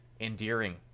endearing